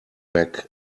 back